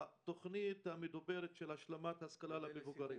התוכנית המדוברת של השלמת השכלה למבוגרים